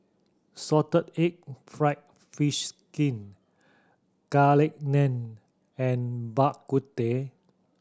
salted egg fried fish skin Garlic Naan and Bak Kut Teh